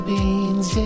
Beans